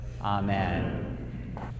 Amen